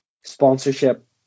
sponsorship